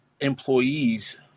employees